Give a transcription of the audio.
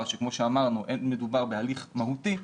שכמו שאמרנו אין מדובר בהליך מהותי,